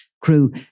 crew